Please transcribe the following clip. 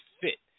fit